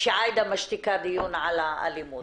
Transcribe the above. שעאידה משתיקה דיון על אלימות,